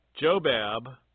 Jobab